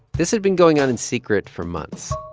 this had been going on in secret for months.